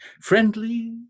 Friendly